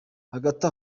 hagati